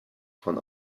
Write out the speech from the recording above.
von